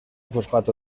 fosfato